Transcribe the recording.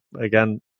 Again